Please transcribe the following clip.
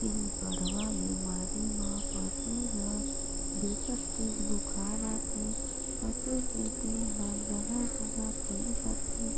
पिलबढ़वा बेमारी म पसू ल बिकट तेज बुखार आथे, पसू के देह हर जघा जघा फुईल जाथे